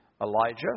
Elijah